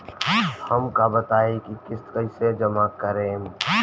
हम का बताई की किस्त कईसे जमा करेम?